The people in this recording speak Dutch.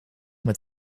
met